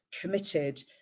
committed